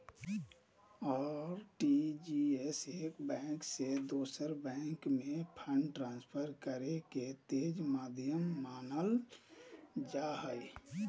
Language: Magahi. आर.टी.जी.एस एक बैंक से दोसर बैंक में फंड ट्रांसफर करे के तेज माध्यम मानल जा हय